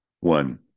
one